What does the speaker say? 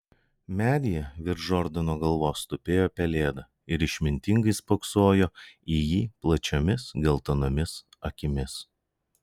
medyje virš džordano galvos tupėjo pelėda ir išmintingai spoksojo į jį plačiomis geltonomis akimis